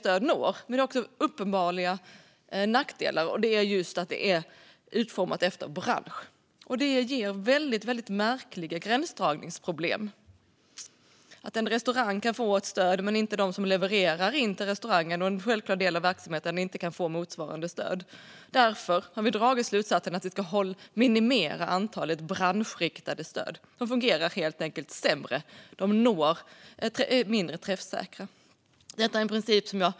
Men det har också uppenbara nackdelar, och det är att det är utformat efter bransch. Det ger väldigt märkliga gränsdragningsproblem, och det är att en restaurang kan få ett stöd men inte de som levererar varor till restaurangen och att en självklar del av verksamheten inte kan få motsvarande stöd. Därför har vi dragit slutsatsen att vi ska minimera antalet branschriktade stöd. De fungerar helt enkelt sämre. De är mindre träffsäkra.